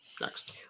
Next